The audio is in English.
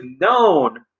known